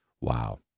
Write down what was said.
Wow